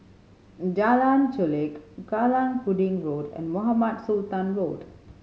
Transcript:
Jalan Chulek Kallang Pudding Road and Mohamed Sultan Road